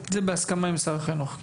זה בהסכמה עם משרד החינוך.